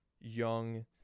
young